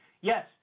Yes